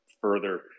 further